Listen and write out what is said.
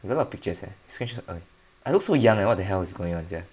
we got a lot of pictures eh strange I look so young eh what the hell is going on sia